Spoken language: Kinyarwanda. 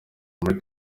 muri